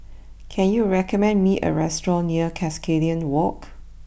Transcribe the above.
can you recommend me a restaurant near Cuscaden walk